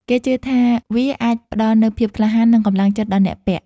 គេជឿថាវាអាចផ្ដល់នូវភាពក្លាហាន និងកម្លាំងចិត្តដល់អ្នកពាក់។